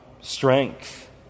strength